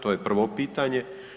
To je prvo pitanje.